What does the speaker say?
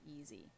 easy